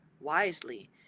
wisely